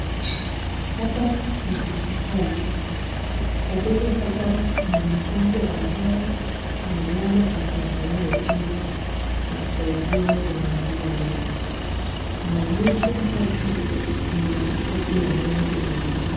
Hapa ni hosiptali, hosiptalini hapa kuna mgonjwa ambaye amelala akiangalia juu akisaidiwa kuangaliwa meno, inaonyesha hapa ni matibabu ya meno inaendelea.